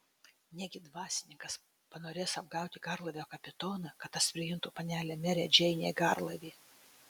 negi dvasininkas panorės apgauti garlaivio kapitoną kad tas priimtų panelę merę džeinę į garlaivį